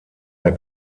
der